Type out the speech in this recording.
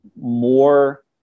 more